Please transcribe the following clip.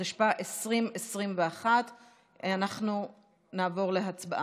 התשפ"א 2021. אנחנו נעבור להצבעה.